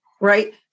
right